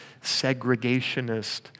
segregationist